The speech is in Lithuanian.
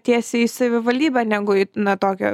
tiesiai į savivaldybę negu į na tokią